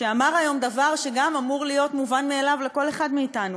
שאמר היום דבר שגם אמור להיות מובן מאליו לכל אחד מאתנו: